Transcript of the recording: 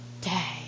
day